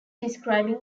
describing